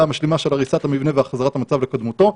המשלימה של הריסת המבנה והחזרת המצב לקדמותו.